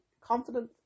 confident